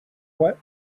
wet